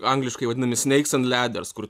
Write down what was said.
angliškai vadinami snakes and ladders kur